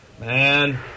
Man